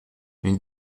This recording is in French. une